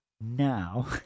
now